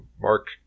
Mark